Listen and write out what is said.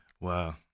Wow